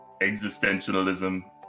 existentialism